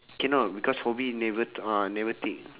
cannot because hobby never t~ uh never take